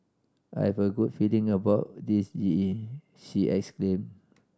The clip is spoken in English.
I have a good feeling about this G E she exclaimed